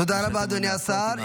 תודה רבה, אדוני השר.